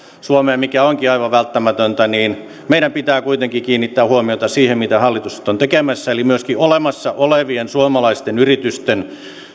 suomeen mikä onkin aivan välttämätöntä meidän pitää kuitenkin kiinnittää huomiota siihen mitä hallitus nyt on tekemässä myöskin olemassa olevien suomalaisten yritysten